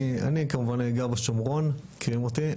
אני כמובן גר בשומרון, אתם מכירים אותי.